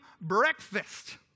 breakfast